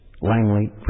Langley